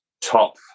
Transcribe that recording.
top